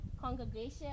congregation